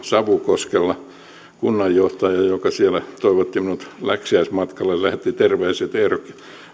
savukoskella ja kunnanjohtaja joka siellä toivotti minut läksiäismatkalle lähetti terveisiä että eero